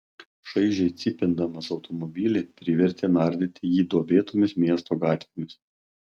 šaižiai cypindamas automobilį privertė nardyti jį duobėtomis miesto gatvėmis